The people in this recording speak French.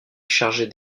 chargés